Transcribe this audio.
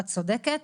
את צודקת,